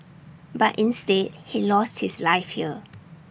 but instead he lost his life here